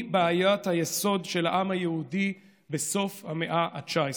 בעיית היסוד של העם היהודי בסוף המאה ה-19.